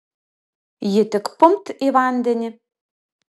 ji tik pumpt į vandenį